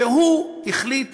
והוא החליט